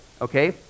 Okay